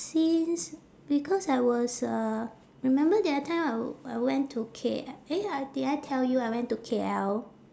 since because I was uh remember the other time I I went to K~ eh I did I tell you I went to K_L